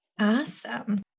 Awesome